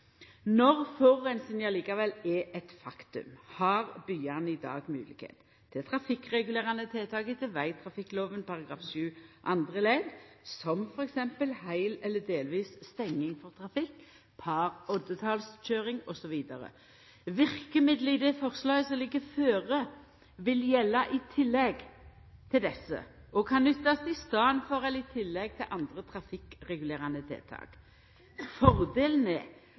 Når forureininga likevel er eit faktum, har byane i dag moglegheit til trafikkregulerande tiltak etter vegtrafikklova § 7 andre ledd, som f.eks. heil eller delvis stenging for trafikk, par-/oddetalskøyring osv. Verkemidlet i det forslaget som ligg føre, vil gjelda i tillegg til desse og kan nyttast i staden for eller i tillegg til andre trafikkregulerande tiltak.